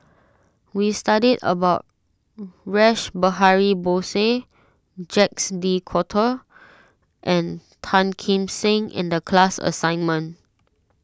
we studied about Rash Behari Bose Jacques De Coutre and Tan Kim Seng in the class assignment